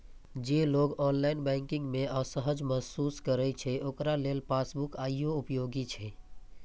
जे लोग online banking मे असहज महसूस करै छै, ओकरा लेल पासबुक आइयो उपयोगी छै